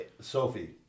Sophie